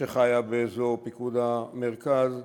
שחיה באזור פיקוד המרכז,